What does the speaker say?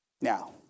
Now